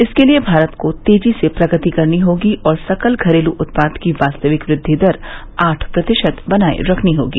इसके लिए भारत को तेजी से प्रगति करनी होगी और सकल घरेलू उत्पाद की वास्तविक वृद्दि दर आठ प्रतिशत बनाये रखनी होगी